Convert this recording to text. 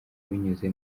binyuze